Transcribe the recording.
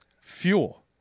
Fuel